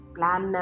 Plan